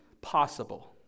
possible